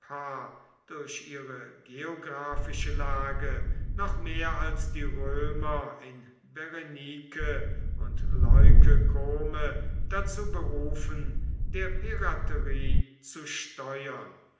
durch ihre geographische lage noch mehr als die römer in berenike und leuke kome dazu berufen der piraterie zu steuern